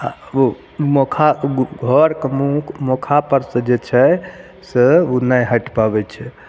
आ मोखा घरके मुँह मोखापर जे छै से नहि हैट पाबै छै